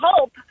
hope